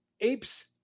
apes